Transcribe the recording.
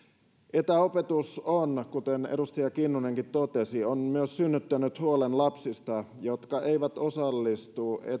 etäopetus kuten edustaja kinnunenkin totesi on myös synnyttänyt huolen lapsista jotka eivät osallistu